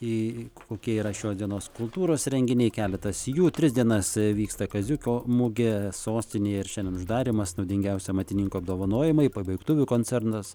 į kokie yra šios dienos kultūros renginiai keletas jų tris dienas vyksta kaziuko mugė sostinėj ir šiandien uždarymas naudingiausio amatininko apdovanojimai pabaigtuvių koncernas